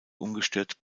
ungestört